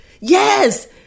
Yes